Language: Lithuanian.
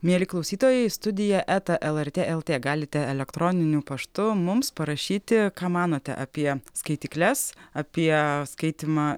mieli klausytojai studija eta lrt lt galite elektroniniu paštu mums parašyti ką manote apie skaitykles apie skaitymą